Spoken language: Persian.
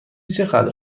چقدر